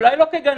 אולי לא כגנן,